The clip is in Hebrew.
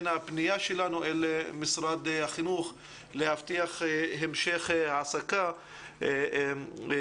הפנייה שלנו אל משרד החינוך היא להבטיח המשך העסקת המורים